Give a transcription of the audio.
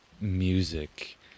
music